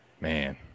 Man